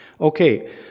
Okay